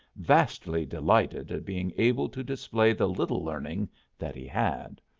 vastly delighted at being able to display the little learning that he had.